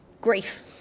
grief